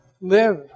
live